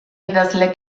idazle